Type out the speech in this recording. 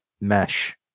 mesh